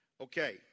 Okay